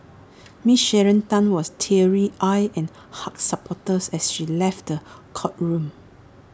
miss Sharon Tan was teary eyed and hugged supporters as she left courtroom